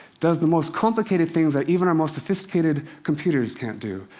does the most complicated things that even our most sophisticated computers can't do.